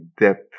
depth